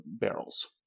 barrels